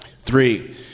Three